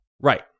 Right